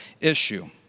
issue